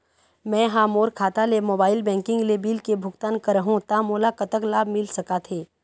मैं हा मोर खाता ले मोबाइल बैंकिंग ले बिल के भुगतान करहूं ता मोला कतक लाभ मिल सका थे?